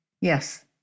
Yes